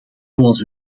zoals